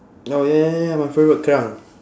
orh ya ya ya ya my favourite kerang